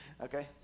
okay